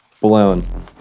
blown